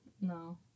No